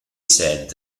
said